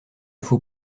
faut